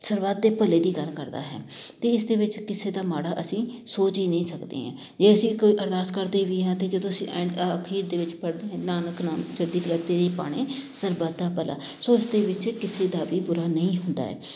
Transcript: ਸਰਬੱਤ ਦੇ ਭਲੇ ਦੀ ਗੱਲ ਕਰਦਾ ਹੈ ਅਤੇ ਇਸ ਦੇ ਵਿੱਚ ਕਿਸੇ ਦਾ ਮਾੜਾ ਅਸੀਂ ਸੋਚ ਹੀ ਨਹੀਂ ਸਕਦੇ ਜੇ ਅਸੀਂ ਕੋਈ ਅਰਦਾਸ ਕਰਦੇ ਵੀ ਹਾਂ ਅਤੇ ਜਦੋਂ ਅਸੀਂ ਐਂਡ ਅਖੀਰ ਦੇ ਵਿੱਚ ਪੜ੍ਹਦੇ ਹਾਂ ਨਾਨਕ ਨਾਮ ਚੜ੍ਹਦੀ ਕਲਾ ਤੇਰੇ ਭਾਣੇ ਸਰਬੱਤ ਦਾ ਭਲਾ ਸੋ ਇਸ ਦੇ ਵਿੱਚ ਕਿਸੇ ਦਾ ਵੀ ਬੁਰਾ ਨਹੀਂ ਹੁੰਦਾ ਹੈ